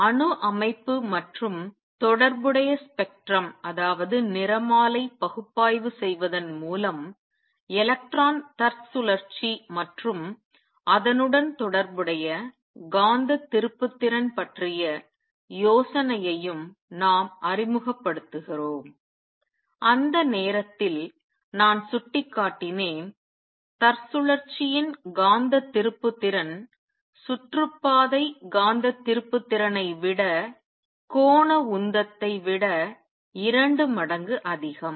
அணு அமைப்பு மற்றும் தொடர்புடைய ஸ்பெக்ட்ரம் நிறமாலை பகுப்பாய்வு செய்வதன் மூலம் எலக்ட்ரான் தற்சுழற்சி மற்றும் அதனுடன் தொடர்புடைய காந்த திருப்புத்திறன் பற்றிய யோசனையையும் நாம் அறிமுகப்படுத்துகிறோம் அந்த நேரத்தில் நான் சுட்டிக்காட்டினேன் தற்சுழற்சியின் காந்த திருப்புத்திறன் சுற்றுப்பாதை காந்த திருப்புத்திறன் ஐ விட கோண உந்தத்தை விட இரண்டு மடங்கு அதிகம்